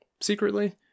secretly